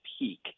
peak